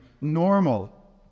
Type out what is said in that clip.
normal